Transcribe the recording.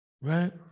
Right